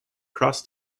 cross